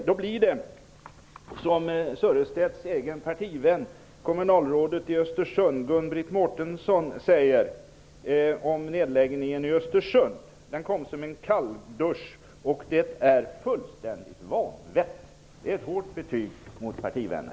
Då blir det som Sörestedts egen partivän, kommunalrådet i Östersund, Gun-Britt Mårtensson, säger om nedläggningen i Östersund: Den kom som en kalldusch, och det är fullständigt vanvett. Det är ett hårt betyg gentemot partivänner.